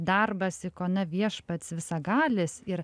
darbas ikona viešpats visagalis ir